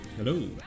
Hello